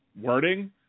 wording